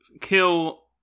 kill